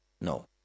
No